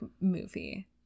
movie